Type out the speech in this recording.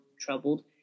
troubled